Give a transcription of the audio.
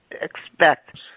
expect